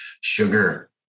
sugar